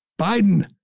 Biden